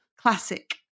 Classic